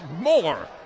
more